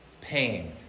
Pain